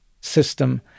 system